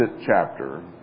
chapter